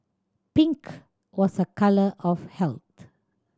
pink was a colour of health